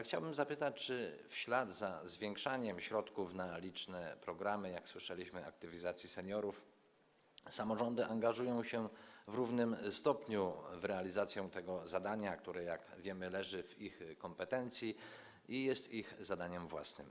Chciałbym zapytać, czy w ślad za zwiększaniem środków, jak słyszeliśmy, na liczne programy aktywizacji seniorów samorządy angażują się w równym stopniu w realizację tego zadania, które - jak wiemy - leży w ich kompetencji i jest ich zadaniem własnym.